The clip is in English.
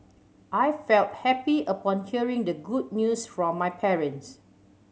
I felt happy upon hearing the good news from my parents